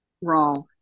Raw